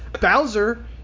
Bowser